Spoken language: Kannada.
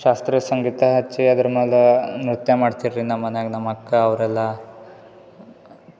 ಶಾಸ್ತ್ರೀಯ ಸಂಗೀತ ಹಚ್ಚಿ ಅದ್ರ ಮ್ಯಾಲ ನೃತ್ಯ ಮಾಡ್ತಾರೆ ರೀ ನಮ್ಮ ಮನೆಗೆ ನಮ್ಮ ಅಕ್ಕ ಅವರೆಲ್ಲ